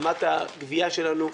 רמת הגבייה שלנו,